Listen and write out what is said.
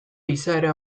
izaera